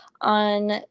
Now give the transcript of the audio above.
on